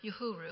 yuhuru